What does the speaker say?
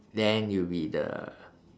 then you'll be the